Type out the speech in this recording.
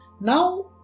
Now